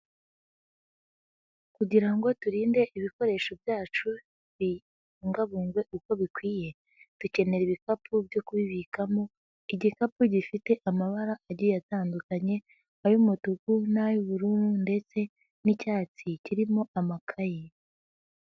Kugira ngo turinde ibikoresho byacu bibungabungwe uko bikwiye, dukenera ibikapu byo kubibikamo, igikapu gifite amabara agiye atandukanye ay'umutuku n'ay'ubururu ndetse n'icyatsi kirimo amakaye.